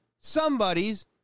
somebody's